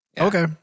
Okay